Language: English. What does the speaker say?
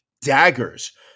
daggers